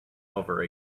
over